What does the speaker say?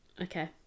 Okay